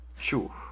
Sure